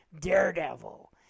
Daredevil